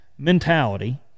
mentality